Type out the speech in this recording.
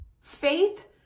faith